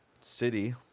city